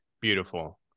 Beautiful